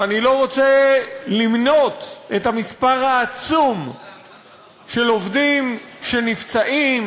ואני לא רוצה למנות את המספר העצום של עובדים שנפצעים,